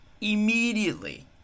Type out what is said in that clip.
Immediately